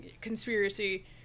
conspiracy